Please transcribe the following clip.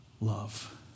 love